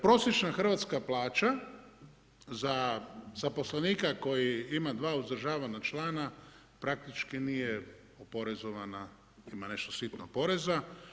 Prosječna hrvatska plaća za zaposlenika koji ima 2 uzdržavana člana praktički nije oporezovana, ima nešto sitno poreza.